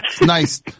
Nice